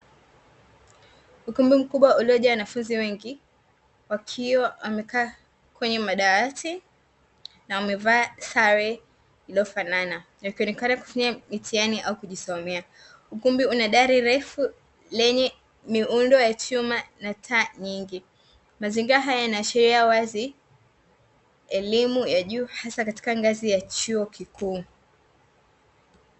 Ukumbi mkubwa uliojaa wanafunzi wengi wakiwa wamekaa kwenye madawati na wamevaa sare iliyofanana, wakionekana kufanya mitihani au kujisomea, ukumbi una dari refu lenye miundo ya chuma na taa nyingi. Mazingira haya yanaashiria wazi elimu ya juu, hasa katika ngazi ya chuo kikuu.